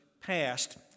passed